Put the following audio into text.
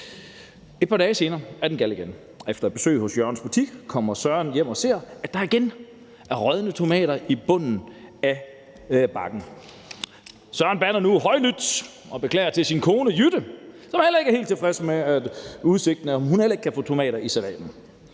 Et par dage senere er den gal igen. Efter et besøg i Jørgens butik kommer Søren hjem og ser, at der igen er rådne tomater i bunden af bakken. Søren bander nu højlydt og beklager sig til sin kone, Jytte, som heller ikke er helt tilfreds med udsigten til, at hun ikke kan få tomater i salaten.